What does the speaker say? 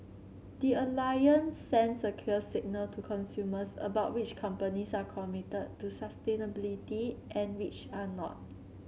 the Alliance sends a clear signal to consumers about which companies are committed to sustainability and which are not